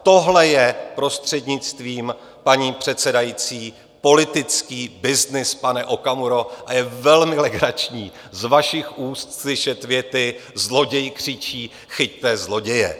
Tohle je, prostřednictvím paní předsedající, politický byznys, pane Okamuro, a je velmi legrační z vašich úst slyšet věty: zloděj křičí chyťte zloděje.